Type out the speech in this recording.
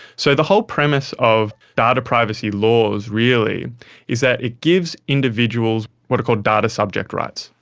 so the whole premise of data privacy laws really is that it gives individuals what are called data subject rights,